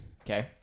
Okay